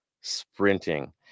sprinting